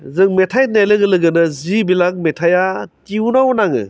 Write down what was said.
रोजाबनाय जिथु मोजां मोननाय मेथाइ जों मेथाइ होननाय लोगो लोगोनो जिबेलाख मेथाइआ टिउनाव नाङो